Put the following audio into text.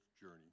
journey